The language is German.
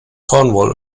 cornwall